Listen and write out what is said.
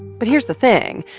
but here's the thing.